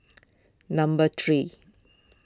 number three